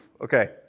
okay